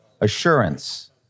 Assurance